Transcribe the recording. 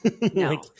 No